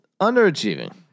underachieving